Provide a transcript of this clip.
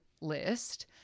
list